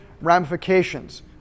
ramifications